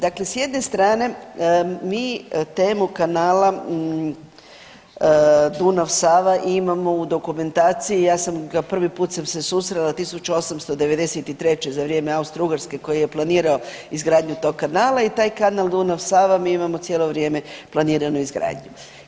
Dakle, s jedne strane mi temu kanala Dunav Sava imamo u dokumentaciji, ja sam ga prvi put sam se susrela 1893. za vrijem Austrougarske koji je planirao izgradnju tog kanala i taj kanal Dunav Sava mi imamo cijelo vrijeme planiranu izgradnju.